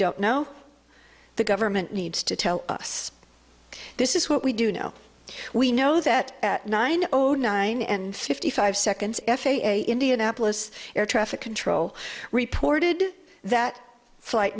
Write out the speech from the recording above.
don't know the government needs to tell us this is what we do know we know that at nine o nine and fifty five seconds f a a indianapolis air traffic control reported that flight